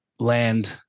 land